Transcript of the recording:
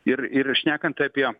ir ir šnekant apie